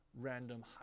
random